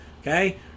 okay